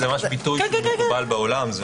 זה ממש ביטוי שמקובל בעולם.